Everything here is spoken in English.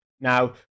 Now